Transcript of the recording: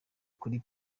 kuri